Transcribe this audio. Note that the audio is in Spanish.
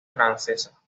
francesa